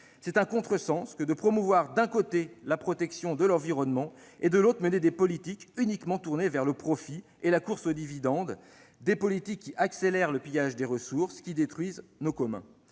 C'est un contresens que de promouvoir d'un côté la protection de l'environnement et, de l'autre, de mener des politiques uniquement tournées vers le profit et la course aux dividendes, des politiques qui accélèrent le pillage des ressources et qui détruisent nos communs